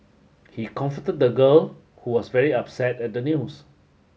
he comfort the girl who was very upset at the news